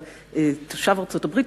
תושב ארצות-הברית,